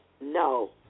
no